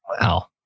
Wow